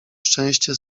szczęście